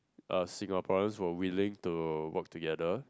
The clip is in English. uh Singaporeans were willing to work together